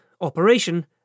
Operation